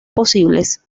posibles